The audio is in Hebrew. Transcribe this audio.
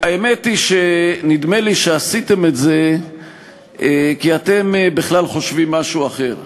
והאמת היא שנדמה לי שעשיתם את זה כי אתם בכלל חושבים משהו אחר.